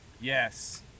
yes